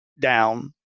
down